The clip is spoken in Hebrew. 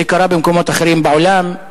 זה קרה במקומות אחרים בעולם,